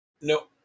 No